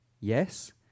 yes